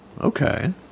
Okay